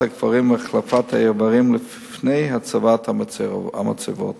הקברים והחלפת האיברים לפני הצבת המצבות.